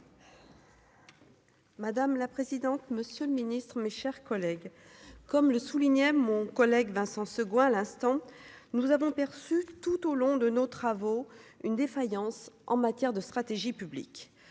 Madame la présidente. Monsieur le Ministre, mes chers collègues. Comme le soulignait mon collègue Vincent Segouin à l'instant nous avons perçu tout au long de nos travaux une défaillance en matière de stratégie publique